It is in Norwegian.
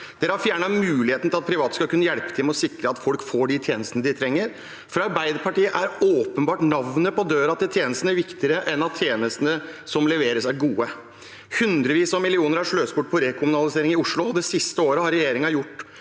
De har fjernet muligheten til at private skal kunne hjelpe til med å sikre at folk får de tjenestene de trenger. For Arbeiderpartiet er åpenbart navnet på døren til tjenestene viktigere enn at tjenestene som leveres, er gode. Hundrevis av millioner er sløst bort på rekommunalisering i Oslo. Det siste året har regjeringen gjort